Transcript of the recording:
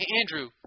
Andrew –